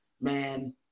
Man